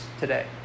today